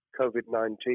COVID-19